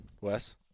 Wes